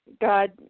God